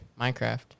Minecraft